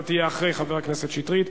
אתה תהיה אחרי חבר הכנסת שטרית,